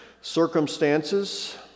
circumstances